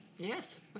Yes